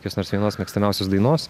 kokios nors vienos mėgstamiausios dainos